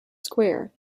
square